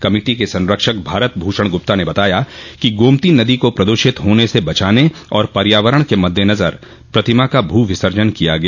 committee के संरक्षक भारत भूषण गुप्ता ने बताया कि गोमती नदी को प्रदूषित होने से बचाने और पर्यावरण के मददेनजर प्रतिमा का भू विसर्जन किया गया